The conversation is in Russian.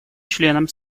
членам